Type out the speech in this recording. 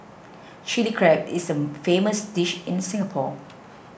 Chilli Crab is a famous dish in Singapore